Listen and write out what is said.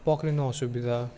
पक्रिन असुविधा